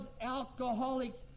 alcoholics